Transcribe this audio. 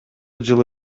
жылы